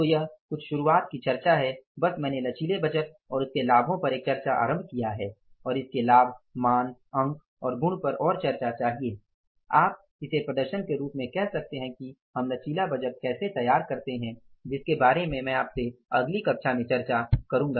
तो यह कुछ शुरुआत की चर्चा है बस मैंने लचीले बजट और उसके लाभों पर एक चर्चा आरम्भ किया है और इसके लाभ मान अंक और गुण पर और चर्चा चाहिए आप इसे प्रदर्शन के रूप में कह सकते हैं कि हम लचीले बजट कैसे तैयार करते है जिसके बारे में मैं आपसे अगली कक्षा में चर्चा करूँगा